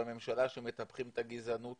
בממשלה, שמטפחים את הגזענות